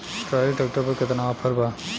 Trolley tractor पर केतना offer बा?